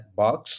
box